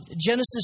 Genesis